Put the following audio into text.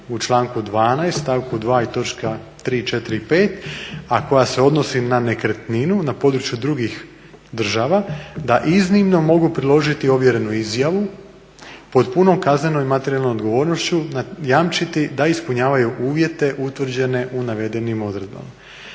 u članku 12. stavku 2. i točka 3., 4. i 5. a koja se odnosi na nekretninu na području drugih država da iznimno mog priložiti ovjerenu izjavu pod punom kaznenom i materijalnom odgovornošću jamčiti da ispunjavaju uvjete utvrđene u navedenim odredbama.